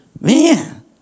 man